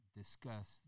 discuss